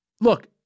look